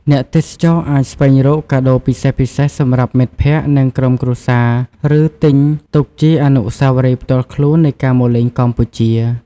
អ្នកទេសចរអាចស្វែងរកកាដូពិសេសៗសម្រាប់មិត្តភក្តិ និងក្រុមគ្រួសារ ឬទិញទុកជាអនុស្សាវរីយ៍ផ្ទាល់ខ្លួននៃការមកលេងកម្ពុជា។